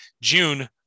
June